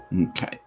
Okay